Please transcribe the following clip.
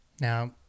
Now